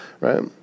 right